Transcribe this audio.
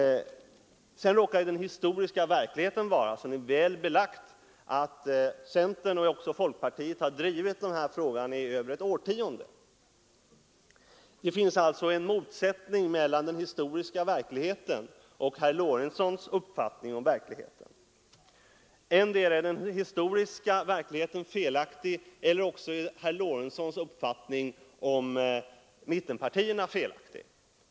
Sedan råkar den historiska verkligheten vara — som är väl belagt — att centern och även folkpartiet har drivit den här frågan i över ett årtionde. Det finns alltså en motsättning mellan den historiska verkligheten och herr Lorentzons uppfattning om verkligheten. Endera är den historiska verkligheten felaktig eller också är herr Lorentzons uppfattning om mittenpartierna felaktig.